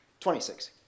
26